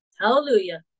Hallelujah